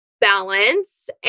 balance